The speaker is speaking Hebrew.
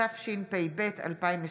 התשפ"ב 2021,